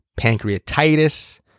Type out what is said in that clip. pancreatitis